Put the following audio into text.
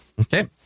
Okay